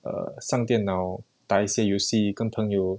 err 上电脑打一些游戏跟朋友